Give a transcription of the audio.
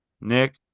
Nick